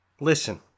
Listen